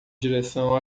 direção